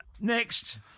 Next